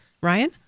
Ryan